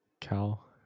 cal